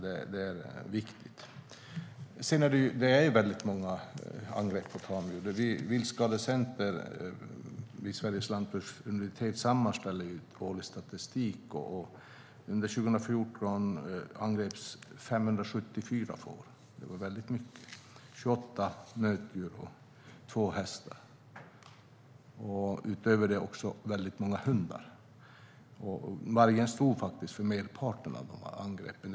Det sker många angrepp på tamdjur. Viltskadecenter vid Sveriges lantbruksuniversitet sammanställer årlig statistik. Under 2014 angreps 574 får - det var många - 28 nötdjur och två hästar. Utöver dem angreps många hundar. Vargen stod för merparten av angreppen.